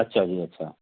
अच्छा जी अच्छा